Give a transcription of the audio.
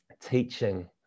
teaching